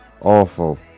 Awful